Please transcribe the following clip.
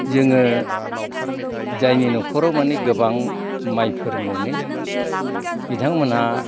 जोङो जायनि न'खराव माने गोबां माइफोर मोनो बिथांमोनहा